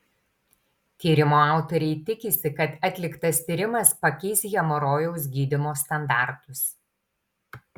tyrimo autoriai tikisi kad atliktas tyrimas pakeis hemorojaus gydymo standartus